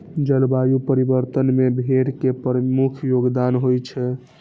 जलवायु परिवर्तन मे भेड़ के प्रमुख योगदान होइ छै